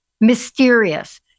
Mysterious